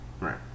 Right